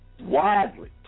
widely